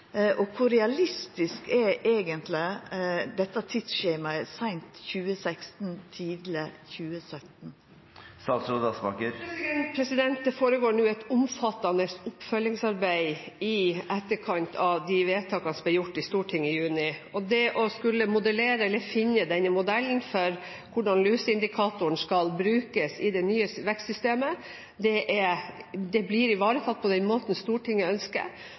og kor realistisk er eigentleg dette tidsskjemaet – seint 2016/tidleg 2017? Det foregår nå et omfattende oppfølgingsarbeid i etterkant av de vedtakene som er gjort i Stortinget i juni, og det å skulle modellere eller finne denne modellen for hvordan luseindikatoren skal brukes i det nye vekstsystemet, blir ivaretatt på den måten Stortinget ønsker: